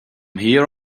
here